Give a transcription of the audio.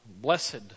blessed